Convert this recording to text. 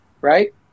right